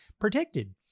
protected